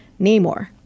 Namor